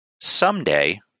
someday